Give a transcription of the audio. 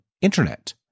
internet